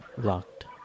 locked